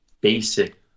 basic